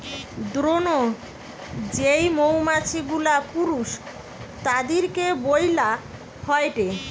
drone যেই মৌমাছি গুলা পুরুষ তাদিরকে বইলা হয়টে